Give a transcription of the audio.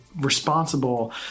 responsible